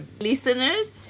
listeners